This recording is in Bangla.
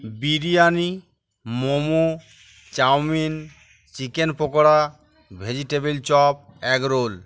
biryani momo chow mein chicken pakora vegetable chop egg role